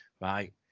right